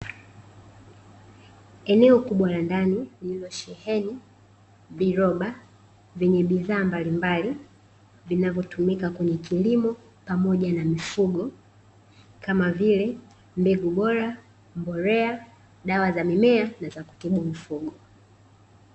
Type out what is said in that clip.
Eneo kubwa la ndani lililosheheni viroba zenye bidhaa mbalimbali zinazotumika kwenye kilimo pamoja na mifugo kama vile mbegu bora, mbolea ,dawa za, mimea na zakutibu mifugo .